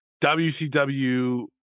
wcw